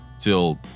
till